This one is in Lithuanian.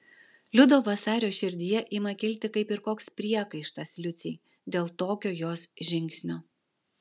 liudo vasario širdyje ima kilti kaip ir koks priekaištas liucei dėl tokio jos žingsnio